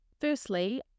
firstly